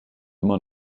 immer